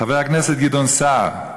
חבר הכנסת גדעון סער,